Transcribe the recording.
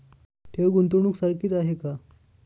ठेव, गुंतवणूक सारखीच आहे का?